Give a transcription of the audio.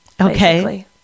Okay